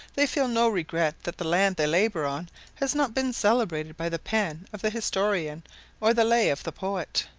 they feel no regret that the land they labour on has not been celebrated by the pen of the historian or the lay of the poet.